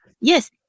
yes